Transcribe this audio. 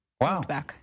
Wow